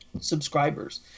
subscribers